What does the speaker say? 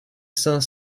cinq